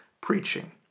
preaching